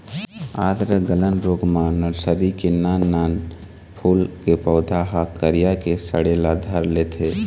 आद्र गलन रोग म नरसरी के नान नान फूल के पउधा ह करिया के सड़े ल धर लेथे